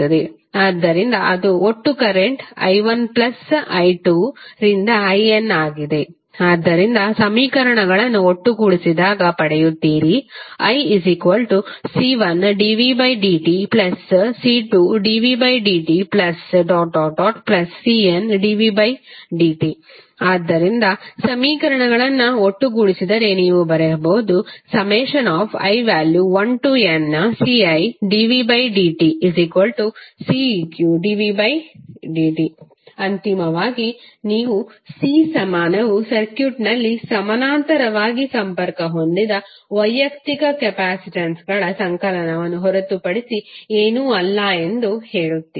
ಆದ್ದರಿಂದ ಅದು ಒಟ್ಟು ಕರೆಂಟ್ i1 ಪ್ಲಸ್ i2 ರಿಂದ in ಆಗಿದೆ ಆದ್ದರಿಂದ ಸಮೀಕರಣಗಳನ್ನು ಒಟ್ಟುಗೂಡಿಸಿದಾಗ ಪಡೆಯುತ್ತೀರಿ iC1dvdtC2dvdtCndvdt ಆದ್ದರಿಂದ ಸಮೀಕರಣಗಳನ್ನು ಒಟ್ಟುಗೂಡಿಸಿದರೆ ನೀವು ಬರೆಯಬಹುದು i1nCidvdtCeqdvdt ಅಂತಿಮವಾಗಿ ನೀವು c ಸಮಾನವು ಸರ್ಕ್ಯೂಟ್ನಲ್ಲಿ ಸಮಾನಾಂತರವಾಗಿ ಸಂಪರ್ಕ ಹೊಂದಿದ ವೈಯಕ್ತಿಕ ಕೆಪಾಸಿಟನ್ಗಳ ಸಂಕಲನವನ್ನು ಹೊರತುಪಡಿಸಿ ಏನೂ ಅಲ್ಲ ಎಂದು ಹೇಳುತ್ತೀರಿ